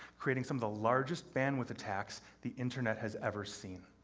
creating some of the largest bandwidth attacks the internet has ever seen.